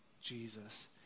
Jesus